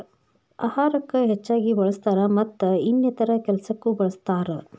ಅಹಾರಕ್ಕ ಹೆಚ್ಚಾಗಿ ಬಳ್ಸತಾರ ಮತ್ತ ಇನ್ನಿತರೆ ಕೆಲಸಕ್ಕು ಬಳ್ಸತಾರ